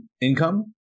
income